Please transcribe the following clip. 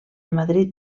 madrid